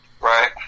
Right